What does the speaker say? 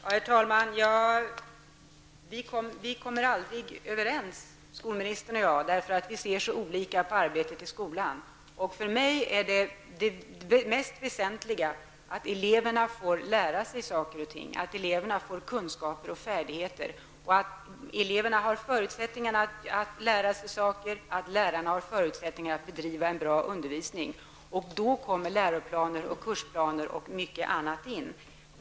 Herr talman! Vi kommer aldrig överens, skolministern och jag, eftersom vi ser så olika på arbetet i skolan. För mig är det mest väsentliga att eleverna får lära sig saker och ting, att eleverna får kunskaper och färdigheter, att eleverna har förutsättningar att lära sig saker och att lärarna har möjlighet att bedriva en bra undervisning. Då kommer läroplaner och kursplaner och mycket annat in.